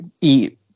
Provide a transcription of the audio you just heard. eat